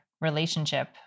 relationship